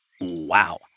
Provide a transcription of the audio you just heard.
Wow